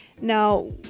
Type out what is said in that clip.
Now